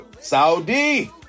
Saudi